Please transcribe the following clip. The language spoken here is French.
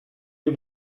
les